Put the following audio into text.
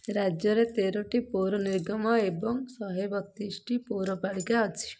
ରାଜ୍ୟରେ ତେରଟି ପୌର ନିଗମ ଏବଂ ଶହେ ବତିଶଟି ପୌରପାଳିକା ଅଛି